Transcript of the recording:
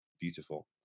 beautiful